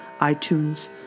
iTunes